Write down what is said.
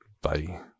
Bye